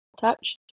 touch